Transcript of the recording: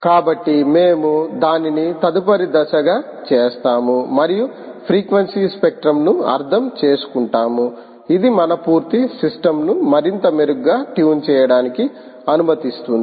కాబట్టి మేము దానిని తదుపరి దశగా చేస్తాము మరియు ఫ్రీక్వెన్సీ స్పెక్ట్రంను అర్థం చేసుకుంటాము ఇది మన పూర్తి సిస్టమ్ ను మరింత మెరుగ్గా ట్యూన్ చేయడానికి అనుమతిస్తుంది